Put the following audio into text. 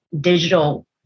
digital